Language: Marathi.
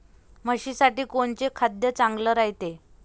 म्हशीसाठी कोनचे खाद्य चांगलं रायते?